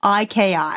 IKI